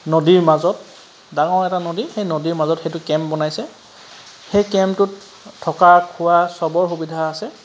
নদীৰ মাজত ডাঙৰ এটা নদী সেই নদীৰ মাজত সেইটো কেম্প বনাইছে সেই কেম্পটোত থকা খোৱা চবৰ সুবিধা আছে